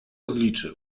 zliczył